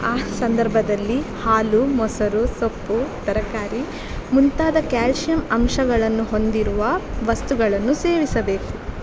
ಆ ಸಂದರ್ಭದಲ್ಲಿ ಹಾಲು ಮೊಸರು ಸೊಪ್ಪು ತರಕಾರಿ ಮುಂತಾದ ಕ್ಯಾಲ್ಶಿಯಂ ಅಂಶಗಳನ್ನು ಹೊಂದಿರುವ ವಸ್ತುಗಳನ್ನು ಸೇವಿಸಬೇಕು